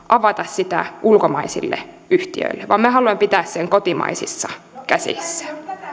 avata sitä ulkomaisille yhtiöille vaan me haluamme pitää sen kotimaisissa käsissä